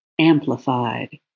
amplified